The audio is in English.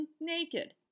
naked